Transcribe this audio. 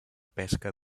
pesca